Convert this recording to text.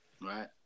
right